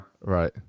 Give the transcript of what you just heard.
right